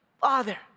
Father